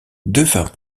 devint